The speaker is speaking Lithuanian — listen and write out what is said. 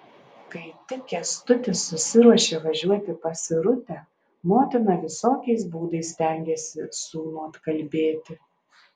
kai tik kęstutis susiruošė važiuoti pas irutę motina visokiais būdais stengėsi sūnų atkalbėti